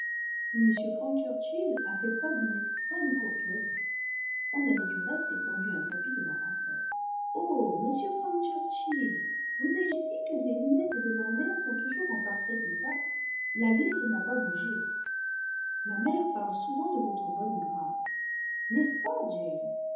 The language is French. mais m frank churchill a fait preuve d'une extrême courtoisie on avait du reste étendu un tapis devant la porte oh monsieur frank churchill vous ai-je dit que les lunettes de ma mère sont toujours en parfait état la vis n'a pas bougé ma mère parle souvent de votre bonne grâce n'est-ce pas